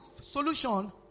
solution